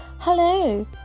Hello